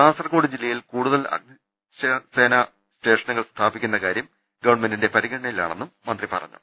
കാസർകോട് ജില്ലയിൽ കൂടുതൽ അഗ്നിസേന സ്റ്റേഷനുകൾ സ്ഥാപിക്കുന്ന കാര്യം ഗവൺമെന്റിന്റെ പരിഗണനയിലാണെന്നും മന്ത്രി പറഞ്ഞു